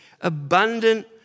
Abundant